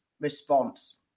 response